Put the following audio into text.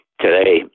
Today